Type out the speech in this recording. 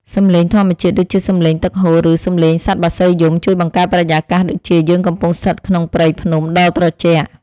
សំឡេងធម្មជាតិដូចជាសំឡេងទឹកហូរឬសំឡេងសត្វបក្សីយំជួយបង្កើតបរិយាកាសដូចជាយើងកំពុងស្ថិតក្នុងព្រៃភ្នំដ៏ត្រជាក់។